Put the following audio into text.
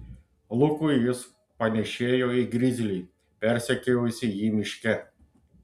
lukui jis panėšėjo į grizlį persekiojusį jį miške